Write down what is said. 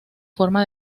forma